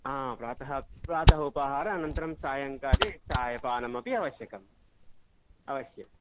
आ प्रातः उपहार अनन्तरं सायङ्काले चायपानमपि आवश्यकम् अवश्यम्